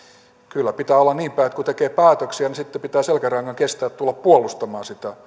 kyllä pitää olla niinpäin että kun tekee päätöksiä niin sitten pitää selkärangan kestää tulla puolustamaan sitä